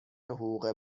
حقوق